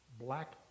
black